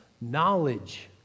knowledge